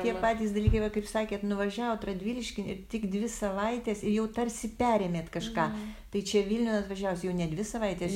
tie patys dalykai va kaip sakėt nuvažiavot radviliškin ir tik dvi savaitės ir jau tarsi perėmėt kažką tai čia vilniun atvažiavus jau ne dvi savaitės